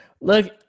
look